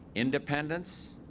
independence,